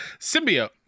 symbiote